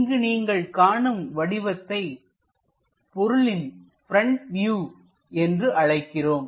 இங்கு நீங்கள் காணும் வடிவத்தை பொருளின் பிரண்ட் வியூ என்று அழைக்கிறோம்